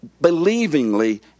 believingly